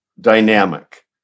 dynamic